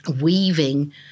weaving